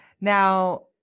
Now